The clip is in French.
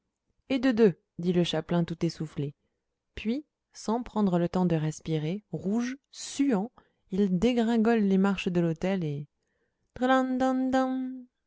et de deux dit le chapelain tout essoufflé puis sans prendre le temps de respirer rouge suant il dégringole les marches de l'autel et